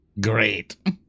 Great